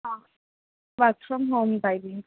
work from home timings